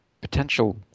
potential